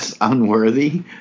unworthy